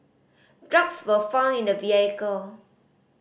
drugs were found in the vehicle